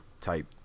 type